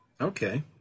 Okay